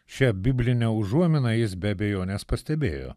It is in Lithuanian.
šią biblinę užuominą jis be abejonės pastebėjo